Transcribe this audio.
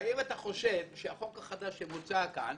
האם אתה חושב שהחוק החדש שמוצע כאן,